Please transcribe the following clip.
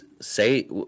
say